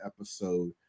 episode